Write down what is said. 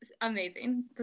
Amazing